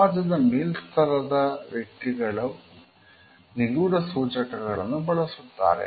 ಸಮಾಜದ ಮೇಲ್ಸ್ತರದ ವ್ಯಕ್ತಿಗಳು ನಿಗೂಢ ಸೂಚಕಗಳನ್ನು ಬಳಸುತ್ತಾರೆ